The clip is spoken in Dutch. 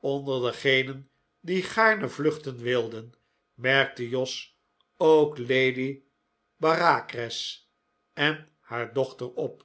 onder degenen die gaarne vluchten wilden merkte jos ook lady bareacres en haar dochter op